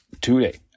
today